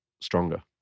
stronger